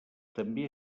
també